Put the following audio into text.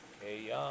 hey